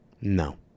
No